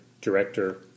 director